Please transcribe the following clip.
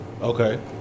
Okay